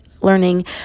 learning